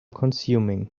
consuming